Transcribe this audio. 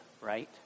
right